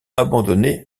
abandonné